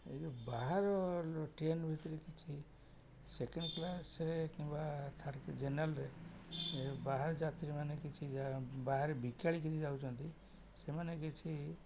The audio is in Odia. ଏଇ ଯେଉଁ ବାହାର ଟ୍ରେନ ଭିତରେ କିଛି ସେକେଣ୍ଡ କ୍ଲାସ୍ରେ କିମ୍ବା ଥାର୍ଡ଼ ଜେନେରାଲ୍ରେ ବାହାର ଯାତ୍ରୀମାନେ କିଛି ବାହାରେ ବିକାଳି କିଛି ଯାଉଛନ୍ତି ସେମାନେ କିଛି